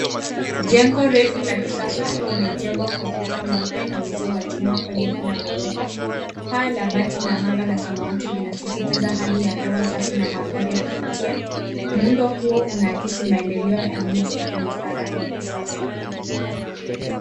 Jengo refu la kisasa limejengwa kwa ukuta mweupe na uzio wa chuma kwenye kila ghorofa. Paa la bati na anga la samawati vinasisitiza hali ya hewa safi na mandhari ya kuvutia. Muundo huo unaakisi maendeleo ya mji kwenye ustaarabu wa kisasa.